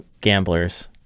gamblers